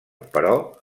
però